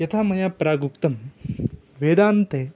यथा मया प्रागुक्तं वेदान्ते